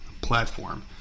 platform